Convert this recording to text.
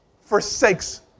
forsakes